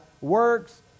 works